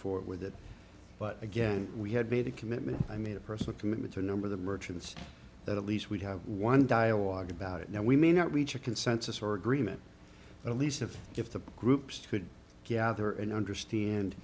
forward with it but again we had made a commitment i made a personal commitment to number the merchants that at least we have one dialogue about it now we may not reach a consensus or agreement at least of if the groups could gather and understand